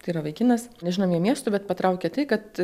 tai yra vaikinas nežinome miestų bet patraukė tai kad